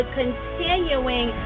continuing